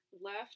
left